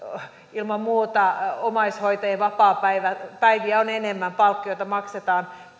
ilman muuta omaishoitajien vapaapäiviä on enemmän palkkioita maksetaan